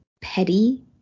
petty